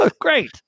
great